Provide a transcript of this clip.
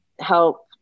help